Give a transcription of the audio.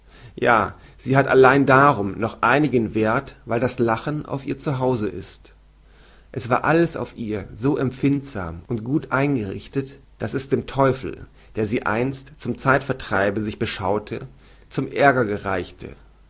ja sie hat allein darum noch einigen werth weil das lachen auf ihr zu hause ist es war alles auf ihr so empfindsam und gut eingerichtet daß es dem teufel der sie einst zum zeitvertreibe sich beschaute zum aerger gereichte